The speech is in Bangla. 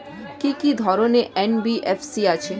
কি কি ধরনের এন.বি.এফ.সি আছে?